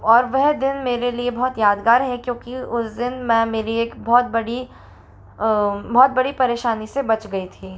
और वह दिन मेरे लिए बहुत यादगार है क्योंकि उस दिन मैं मेरी एक बहुत बड़ी बहुत बड़ी परेशानी से बच गई थी